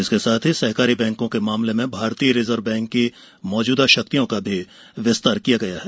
इसके साथ ही सहकारी बैंकों के मामले में भारतीय रिजर्व बैंक की मौजूदा शक्तियों का भी विस्तार किया गया है